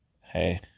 hey